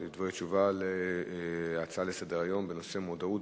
דברי תשובה להצעה לסדר-היום בנושא מודעות